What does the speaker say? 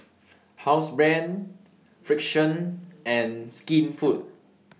Housebrand Frixion and Skinfood